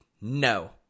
no